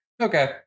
Okay